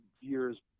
years